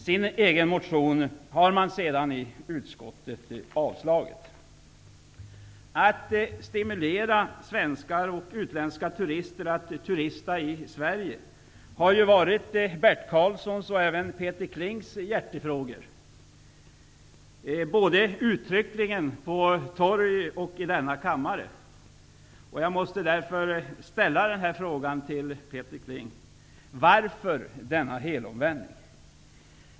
Den egna motionen har man sedan avstyrkt i utskottet. Att stimulera svenskar och utländska turister till att turista i Sverige har ju varit en hjärtefråga för Bert Karlsson och även för Peter Kling. Det har man gett uttryck för både på torg och i denna kammare.